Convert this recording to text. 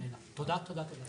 תודה, תודה.